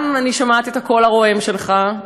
גם אני שומעת את הקול הרועם שלך,